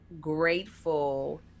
grateful